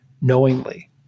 knowingly